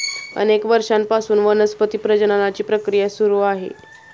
अनेक वर्षांपासून वनस्पती प्रजननाची प्रक्रिया सुरू आहे